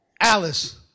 Alice